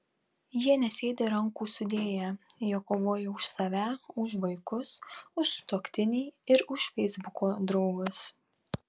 jie nesėdi rankų sudėję jie kovoja už save už vaikus už sutuoktinį ir už feisbuko draugus